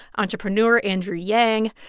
entrepreneur andrew yang,